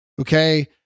Okay